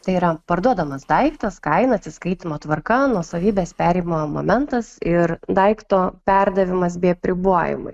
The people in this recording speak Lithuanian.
tai yra parduodamas daiktas kaina atsiskaitymo tvarka nuosavybės perėjimo momentas ir daikto perdavimas bei apribojimai